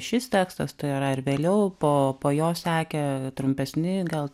šis tekstas tai yra ir vėliau po po jo sekę trumpesni gal